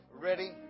ready